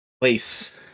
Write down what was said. place